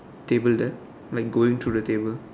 table there like going through the table